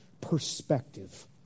perspective